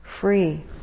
free